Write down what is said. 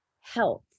health